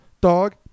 dog